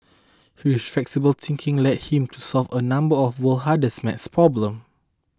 his flexible thinking led him to solve a number of world's hardest math problems